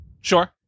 Sure